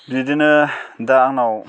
बिदिनो दा आंनाव